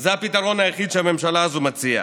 זה הפתרון היחיד שהממשלה הזו מציעה.